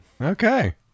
Okay